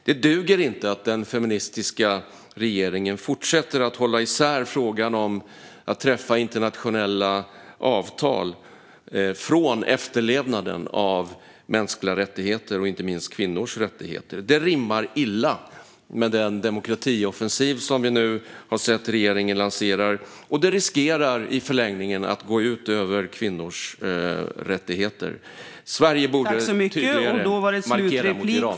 Det duger inte att den feministiska regeringen fortsätter att hålla isär frågan om att träffa internationella avtal och efterlevnaden av mänskliga rättigheter, inte minst kvinnors rättigheter. Det rimmar illa med den demokratioffensiv som vi nu har sett att regeringen lanserar, och det riskerar i förlängningen att gå ut över kvinnors rättigheter. Sverige borde tydligare markera mot Iran.